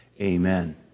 amen